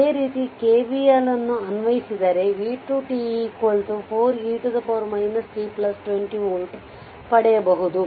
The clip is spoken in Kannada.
ಅದೇ ರೀತಿ KVL ನ್ನು ಅನ್ವಯಿಸಿದರೆ v2 t 4 e t 20 volt ಪಡೆಯಬಹುದು